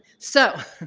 so,